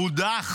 הודח